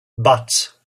but